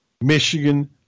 Michigan